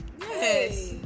Yes